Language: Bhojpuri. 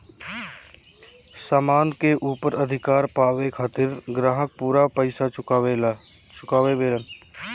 सामान के ऊपर अधिकार पावे खातिर ग्राहक पूरा पइसा चुकावेलन